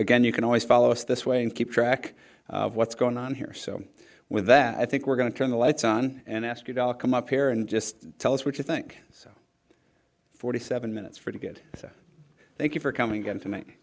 again you can always follow us this way and keep track of what's going on here so with that i think we're going to turn the lights on and ask you doc come up here and just tell us what you think so forty seven minutes for to get thank you for coming and to me